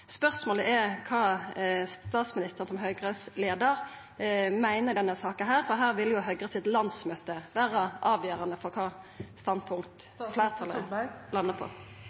Spørsmålet er: Kva meiner statsministeren, som leiar av Høgre, i denne saka, for her vil Høgres landsmøte vera avgjerande for kva standpunkt fleirtalet landar på?